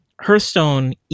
Hearthstone